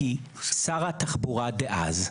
כי שר התחבורה דאז,